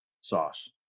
sauce